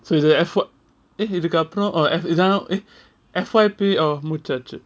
so it's an effort இதுக்கு அப்புறம்:idhuku apuram or F இதான்:idhan eh F_Y_P or முடிச்சாச்சு:mudichachu